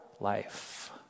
life